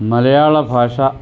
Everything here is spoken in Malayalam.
മലയാള ഭാഷ